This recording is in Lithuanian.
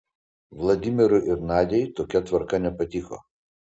vladimirui ir nadiai tokia tvarka nepatiko